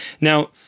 Now